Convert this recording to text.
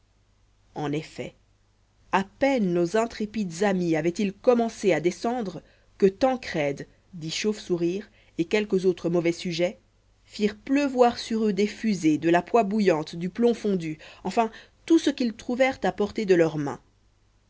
en effet à peine nos intrépides amis avaient-ils commencé à descendre que tancrède dit chauve sourire et quelques autres mauvais sujets firent pleuvoir sur eux des fusées de la poix bouillante du plomb fondu enfin tout ce qu'ils trouvèrent à portée de leurs mains